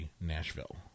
Nashville